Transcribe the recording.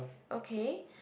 okay